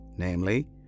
Namely